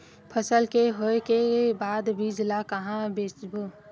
फसल के होय के बाद बीज ला कहां बेचबो?